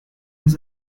his